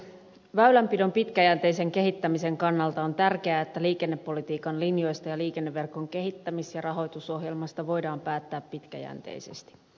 väylänpidon pitkäjänteisen kehittämisen kannalta on tärkeää että liikennepolitiikan linjoista ja liikenneverkon kehittämis ja rahoitusohjelmasta voidaan päättää pitkäjänteisesti